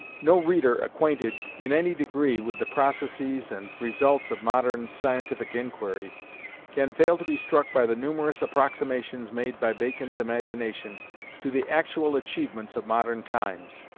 no reader acquainted in any degree with the processes and results of modern scientific inquiry can fail to be struck by the numerous approximations made by bacon's imagination to the actual achievements of modern times.